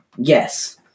Yes